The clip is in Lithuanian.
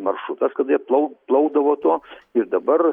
maršrutas kada jie plau plaukdavo tuo ir dabar